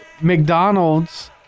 mcdonald's